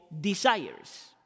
desires